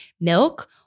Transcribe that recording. milk